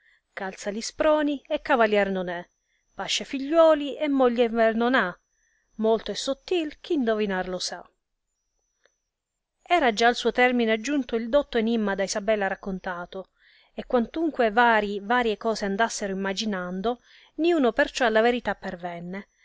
calza li sproni e cavalier non è pasce figliuoli e moglie in ver non ha molto è sottil eh indovinar lo sa era già al suo termine aggiunto il dotto enimma da isabella raccontato e quantunque vari varie cose andassero imaginando niuno perciò alla verità pervenne